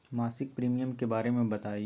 मासिक प्रीमियम के बारे मे बताई?